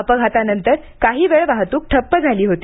अपघातानंतर काही वेळ वाहतूक ठप्प झाली होती